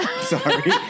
Sorry